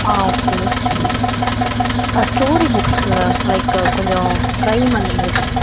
ஆ okay ஆ story புக்ஸுங்க like கொஞ்சம் கிரைம் அந்த மாதிரி புக்